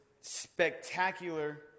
spectacular